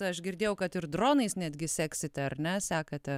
aš girdėjau kad ir dronais netgi seksite ar ne sekate